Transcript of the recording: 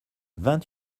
vingt